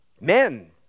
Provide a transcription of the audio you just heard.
Men